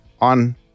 on